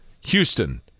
Houston